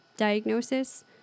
diagnosis